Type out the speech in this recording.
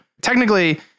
Technically